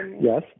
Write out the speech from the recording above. yes